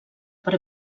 per